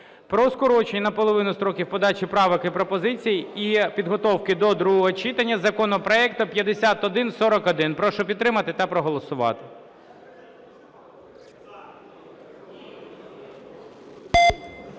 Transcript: про скорочення наполовину строків подачі правок і пропозицій і підготовки до другого читання законопроекту 5141. Прошу підтримати та проголосувати.